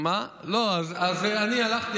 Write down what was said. אז אני הלכתי,